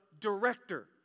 director